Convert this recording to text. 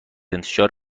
انتشار